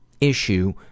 issue